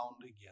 again